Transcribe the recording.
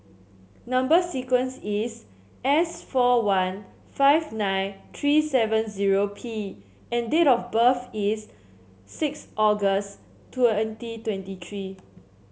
number sequence is S four one five nine tree seven zero P and date of birth is six August twenty twenty tree